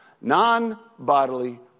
Non-bodily